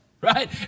Right